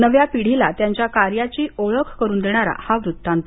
नव्या पिढीला त्यांच्या कार्याची ओळख करुन देणारा हा वृत्तांत